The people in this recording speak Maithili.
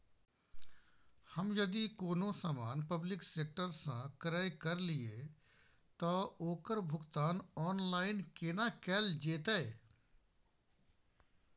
हम यदि कोनो सामान पब्लिक सेक्टर सं क्रय करलिए त ओकर भुगतान ऑनलाइन केना कैल जेतै?